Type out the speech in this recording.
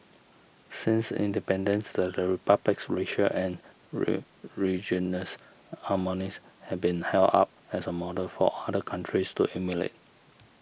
since independence the Republic's racial and harmonies has been held up as a model for other countries to emulate